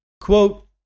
Quote